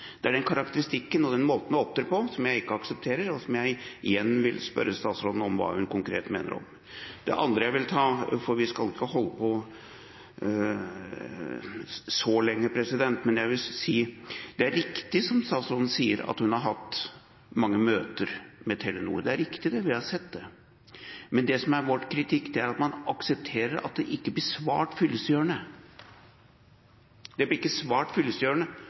Det er den karakteristikken og den måten å opptre på som jeg ikke aksepterer, og som jeg igjen vil spørre statsråden om hva hun konkret mener om. Det andre jeg vil si – for vi skal ikke holde på så lenge – er at det er riktig som statsråden sier, at hun har hatt mange møter med Telenor. Det er riktig – vi har sett det. Det som er vår kritikk, er at man aksepterer at det ikke blir svart fyllestgjørende på spørsmålene som blir